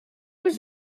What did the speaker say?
was